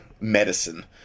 medicine